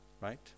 Right